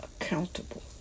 accountable